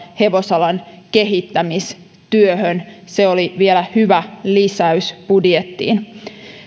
hevosalan kehittämistyöhön se oli vielä hyvä lisäys budjettiin